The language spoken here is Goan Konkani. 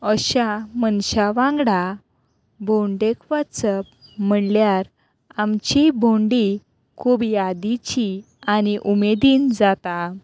अशा मनशा वांगडा भोंवडेक वचप म्हणल्यार आमची भोंवडी खूब यादीची आनी उमेदीन जाता